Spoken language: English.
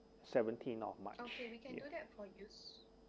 seventeenth of march